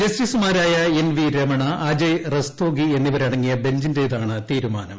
ജസ്റ്റിസുമാരായ N V Ramana Ajay Rastogi എന്നിവരടങ്ങിയ ബെഞ്ചിന്റേതാണ് തീരുമാനം